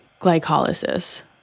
glycolysis